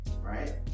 right